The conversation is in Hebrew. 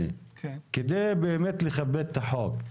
כדי באמת לכבד את החוק.